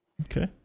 Okay